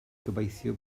gobeithio